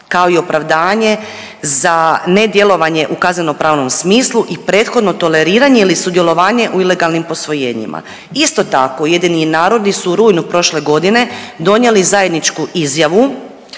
kao i opravdanje za nedjelovanje u kaznenopravnom smislu i prethodno toleriranje ili sudjelovanje u ilegalnim posvojenjima. Isto tako UN su u rujnu prošle godine donijeli zajedničku izjavu